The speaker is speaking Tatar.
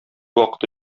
вакыты